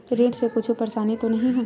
ऋण से कुछु परेशानी तो नहीं होही?